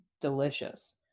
delicious